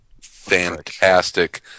fantastic